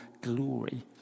glory